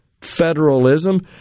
federalism